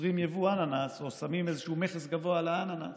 אוסרים יבוא אננס או מטילים מכס גבוה על אננס,